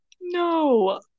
No